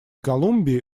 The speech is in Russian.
колумбии